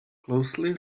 closely